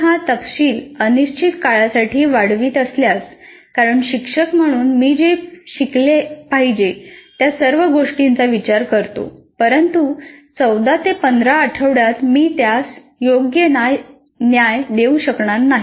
मी हा तपशील अनिश्चित काळासाठी वाढवित असल्यास कारण शिक्षक म्हणून मी जे शिकले पाहिजे त्या सर्व गोष्टींचा विचार करतो परंतु 14 ते 15 आठवड्यांत मी त्यास योग्य न्याय देऊ शकणार नाही